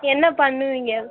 என்ன பண்ணுவிங்க